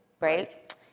Right